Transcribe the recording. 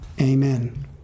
Amen